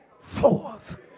forth